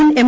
മുൻ എം